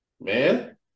man